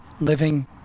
living